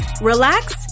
relax